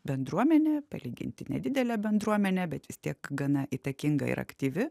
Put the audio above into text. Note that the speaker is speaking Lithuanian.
bendruomenė palyginti nedidelė bendruomenė bet vis tiek gana įtakinga ir aktyvi